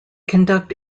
conduct